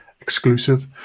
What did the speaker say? exclusive